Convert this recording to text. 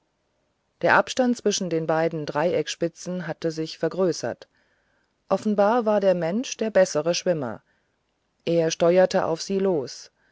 der abstand zwischen den beiden dreieckspitzen hatte sich vergrößert offenbar war der mensch der bessere schwimmer er steuerte auf sie los